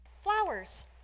Flowers